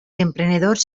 emprenedors